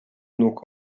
nóg